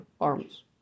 arms